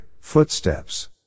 footsteps